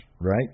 Right